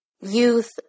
youth